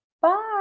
Bye